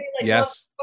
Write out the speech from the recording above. Yes